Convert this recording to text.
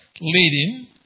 leading